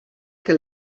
que